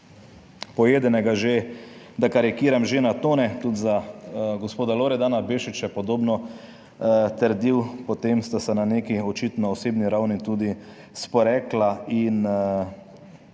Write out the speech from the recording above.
pojedenega že, da karikiram, že na tone. Tudi za gospoda Loredana Bešiča je podobno trdil, potem sta se na neki očitno osebni ravni tudi sporekla in